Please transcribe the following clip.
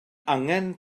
angen